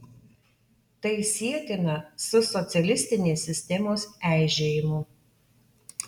tai sietina su socialistinės sistemos eižėjimu